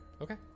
Okay